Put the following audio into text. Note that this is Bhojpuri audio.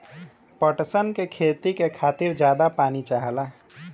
पटसन के खेती के खातिर जादा पानी चाहला